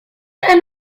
and